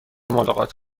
ملاقات